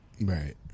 Right